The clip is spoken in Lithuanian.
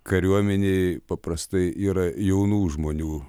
kariuomenėj paprastai yra jaunų žmonių